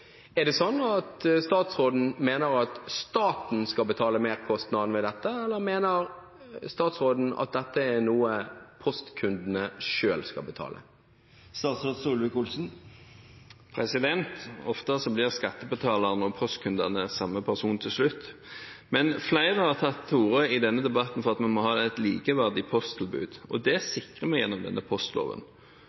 er det sånn at statsråden mener at staten skal betale merkostnaden med dette, eller mener statsråden at dette er noe postkundene selv skal betale? Ofte blir skattebetaleren og postkunden samme person til slutt. Flere har tatt til orde i denne debatten for at vi må ha et likeverdig posttilbud, og det sikrer vi gjennom denne postloven.